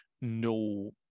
no